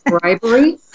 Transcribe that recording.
bribery